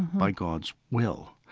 by god's will.